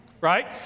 right